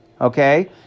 okay